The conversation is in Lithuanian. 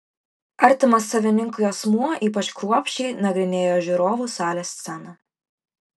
artimas savininkui asmuo ypač kruopščiai nagrinėja žiūrovų salės sceną